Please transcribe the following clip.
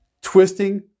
Twisting